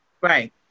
right